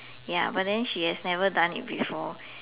ya but then she has never done it before